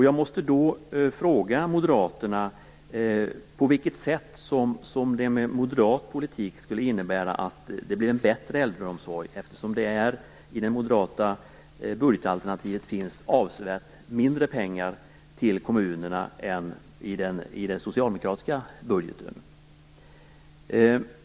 Jag måste då fråga moderaterna på vilket sätt moderat politik skulle innebära att det blev en bättre äldreomsorg, eftersom det i det moderata budgetalternativet finns avsevärt mindre pengar till kommunerna än i den socialdemokratiska budgeten.